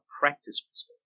practice